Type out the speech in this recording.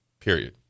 period